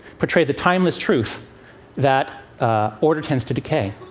portray the timeless truth that order tends to decay.